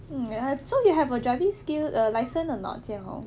mm ya so you have a driving skill err license or not jia hong